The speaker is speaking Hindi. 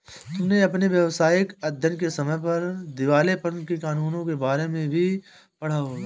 तुमने अपने व्यावसायिक अध्ययन के समय पर दिवालेपन के कानूनों के बारे में भी पढ़ा होगा